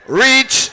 reach